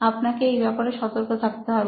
আপনাকে এই ব্যাপার সতর্ক থাকতে হবে